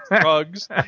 drugs